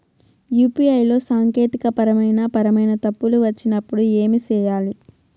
UPI లో సాంకేతికపరమైన పరమైన తప్పులు వచ్చినప్పుడు ఏమి సేయాలి